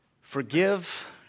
Forgive